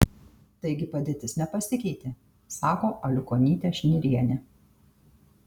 taigi padėtis nepasikeitė sako aliukonytė šnirienė